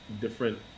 different